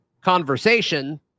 conversation